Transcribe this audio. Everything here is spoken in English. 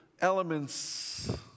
elements